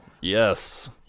Yes